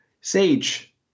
Sage